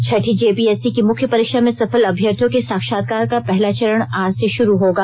छठी JPSC की मुख्य परीक्षा में सफल अभ्यर्थियों के साक्षात्कार का पहला चरण आज से शरू होगा